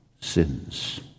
sins